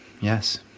yes